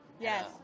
Yes